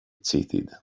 cheated